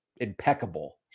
Impeccable